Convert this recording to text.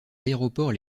aéroports